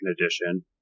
edition